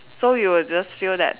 so you will just feel that